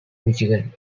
michigan